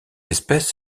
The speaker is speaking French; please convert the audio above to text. espèce